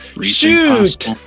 shoot